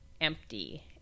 empty